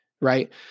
right